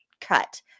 cut